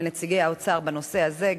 לנציגי האוצר בנושא הזה,